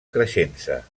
creixença